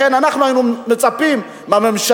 לכן אנחנו היינו מצפים מהממשלה,